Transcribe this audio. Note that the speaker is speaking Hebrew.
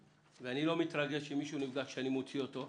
ואני לא מתרגש אם מישהו נפגע אם אני מוציא אותו,